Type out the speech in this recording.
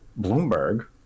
Bloomberg